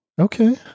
Okay